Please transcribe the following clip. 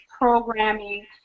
programming